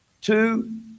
Two